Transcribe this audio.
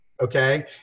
Okay